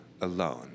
alone